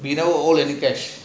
cash